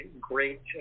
great